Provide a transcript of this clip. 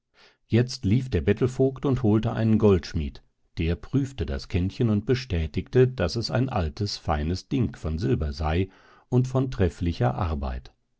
jetzt lief der bettelvogt und holte einen goldschmied der prüfte das kännchen und bestätigte daß es ein altes feines ding von silber sei und von trefflicher arbeit